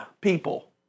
people